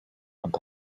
and